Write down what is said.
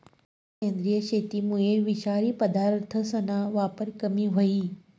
सेंद्रिय शेतीमुये विषारी पदार्थसना वापर कमी व्हयी